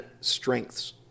strengths